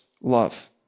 love